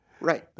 Right